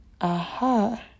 Aha